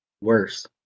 worse